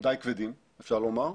די כבדים אפשר לומר.